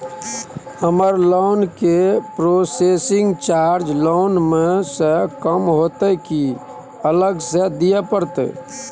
हमर लोन के processing charge loan म स कम होतै की अलग स दिए परतै?